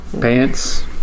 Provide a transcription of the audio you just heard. pants